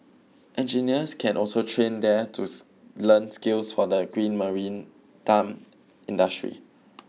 engineers can also train there to learn skills for the green marine time industry